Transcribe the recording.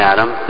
Adam